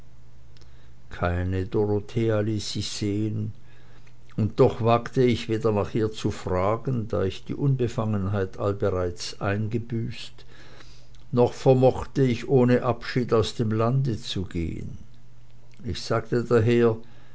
keine dorothea ließ sich sehen und doch wagte ich weder nach ihr zu fragen da ich die unbefangenheit allbereits eingebüßt noch vermochte ich ohne abschied aus dem lande zu gehen ich sagte daher